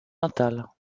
natal